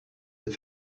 that